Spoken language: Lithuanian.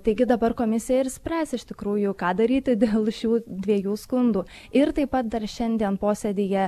taigi dabar komisija ir spręs iš tikrųjų ką daryti dėl šių dviejų skundų ir taip pat dar šiandien posėdyje